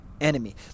enemy